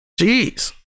Jeez